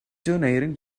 donating